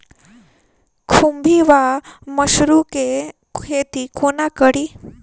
खुम्भी वा मसरू केँ खेती कोना कड़ी?